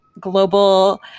global